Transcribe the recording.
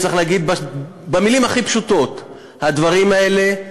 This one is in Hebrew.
צריך להגיד במילים הכי פשוטות: הדברים האלה,